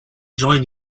join